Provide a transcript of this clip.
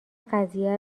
قضیه